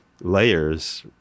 layers